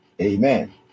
amen